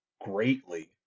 greatly